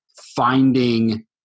finding